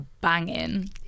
banging